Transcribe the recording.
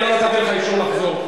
אני לא נתתי לך אישור לחזור.